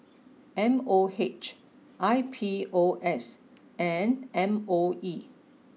M O H I P O S and M O E